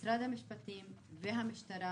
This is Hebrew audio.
משרד המשפטים והמשטרה